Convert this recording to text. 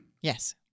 Yes